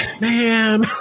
man